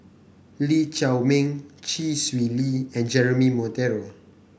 Lee Chiaw Meng Chee Swee Lee and Jeremy Monteiro